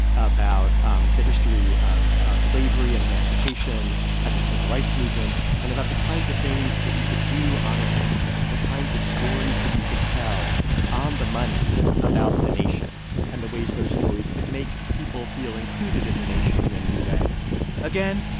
about um the history of of slavery and emancipation and the civil rights movement and about the kinds of things that you could do on a banknote, the kinds of stories that you could tell on the money about the nation and the ways those stories could make people feel included in the nation in a new way again,